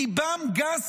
ליבם גס